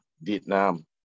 vietnam